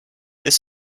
this